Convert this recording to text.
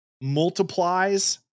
multiplies